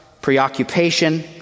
preoccupation